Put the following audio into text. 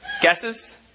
Guesses